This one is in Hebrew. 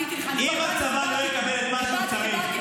עניתי לך --- אם הצבא לא יקבל את מה שהוא צריך?